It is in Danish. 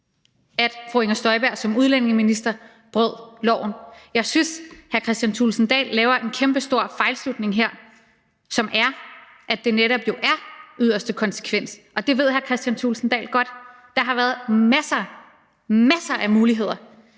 at fru Inger Støjberg som udlændingeminister brød loven. Jeg synes, hr. Kristian Thulesen Dahl laver en kæmpestor fejlslutning her, som er, at det jo netop er yderste konsekvens. Og det ved hr. Kristian Thulesen Dahl godt. Der har været masser – masser! – af muligheder